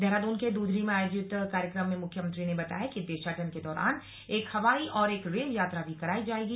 देहरादून के दूधली में आयोजित कार्यक्रम में मुख्यमंत्री ने बताया कि देशाटन के दौरान एक हवाई और एक रेल यात्रा भी कराई जायेगी